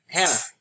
Hannah